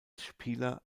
spieler